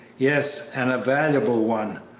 yes, and a valuable one,